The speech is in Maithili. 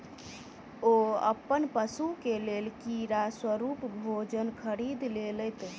ओ अपन पशु के लेल कीड़ा स्वरूप भोजन खरीद लेलैत